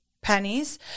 pennies